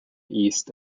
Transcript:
east